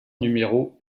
numéro